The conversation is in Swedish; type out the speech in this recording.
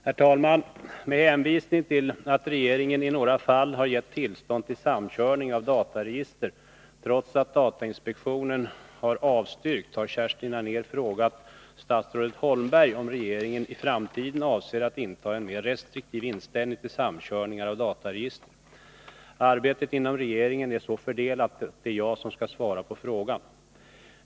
Herr talman! Med hänvisning till att regeringen i några fall har gett tillstånd till samkörning av dataregister trots att datainspektionen har avstyrkt, har Kerstin Anér frågat statsrådet Holmberg om regeringen i framtiden avser att inta en mer restriktiv inställning till samkörningar av dataregister. Arbetet inom regeringen är så fördelat att det är jag som skall svara på frågan.